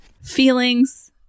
Feelings